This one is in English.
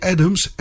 Adams